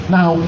Now